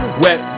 wet